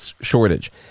shortage